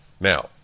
Now